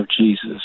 Jesus